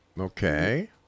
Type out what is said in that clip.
okay